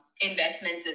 investments